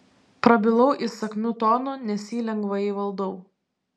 prabilau įsakmiu tonu nes jį lengvai įvaldau